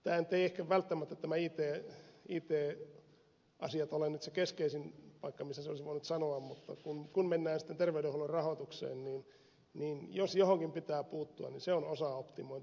ehkä nämä it asiat ei välttämättä ole se keskeisin paikka missä sen olisi voinut sanoa mutta kun mennään sitten terveydenhuollon rahoitukseen niin jos johonkin pitää puuttua niin se on osaoptimointi